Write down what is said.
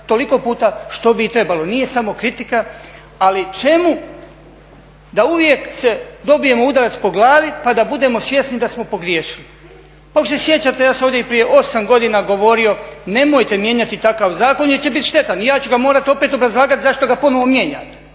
toliko puta što bi trebalo nije samo kritika. Ali čemu da uvijek dobijemo udarac po glavi pa da budemo svjesni da smo pogriješili. Pa ako se sjećate ja sam ovdje i prije 8 godina govorio nemojte mijenjati takav zakon jer će biti štetan i ja ću ga morati opet obrazlagati zašto ga ponovno mijenjate.